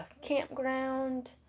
campground